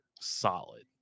solid